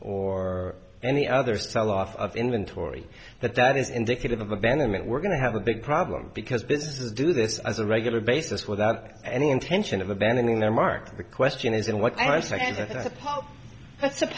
or any other sell off of inventory that that is indicative of abandonment we're going to have a big problem because businesses do this as a regular basis without any intention of abandoning their market the question is